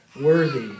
worthy